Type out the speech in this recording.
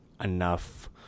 enough